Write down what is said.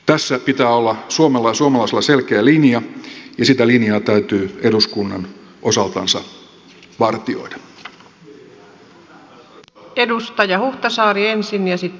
tässä pitää olla suomella ja suomalaisilla selkeä linja ja sitä linjaa täytyy eduskunnan osaltansa vartioida